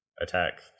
attack